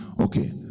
Okay